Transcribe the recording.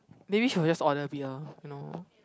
maybe she will just order beer you know